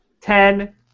Ten